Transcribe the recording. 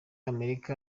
amerika